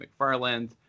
McFarland